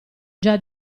già